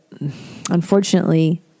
unfortunately